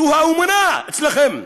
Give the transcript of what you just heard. זו האמונה אצלכם.